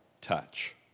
Touch